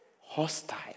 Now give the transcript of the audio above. hostile